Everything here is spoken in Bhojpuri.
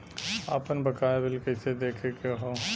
आपन बकाया बिल कइसे देखे के हौ?